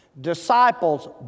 Disciples